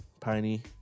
piney